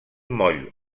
moll